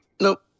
Nope